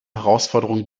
herausforderungen